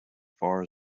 far